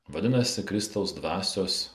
vadinasi kristaus dvasios